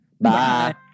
Bye